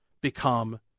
become